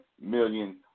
million